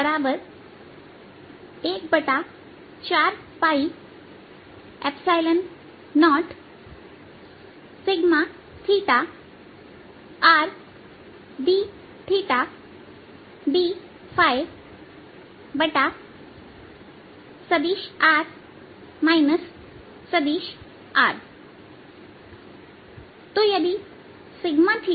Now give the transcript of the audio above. तोV140 r RR dθ dϕहै तो यदि cos है